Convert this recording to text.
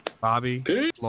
bobby